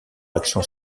action